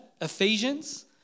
Ephesians